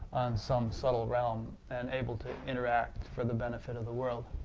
some subtle realm, and able to interact for the benefit of the world?